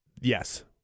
yes